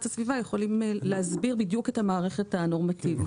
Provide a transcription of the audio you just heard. הסביבה יכולים להסביר בדיוק את המערכת הנורמטיבית.